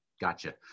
Gotcha